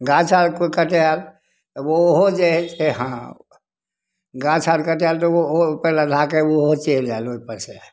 गाछ आर कोइ काटै आएल तऽ ओहो जे हइ से हँ गाछ आर कटाएल तऽ ओ ओहोपर लधाकऽ ओहो चलि आएल ओहिपरसे